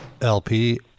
LP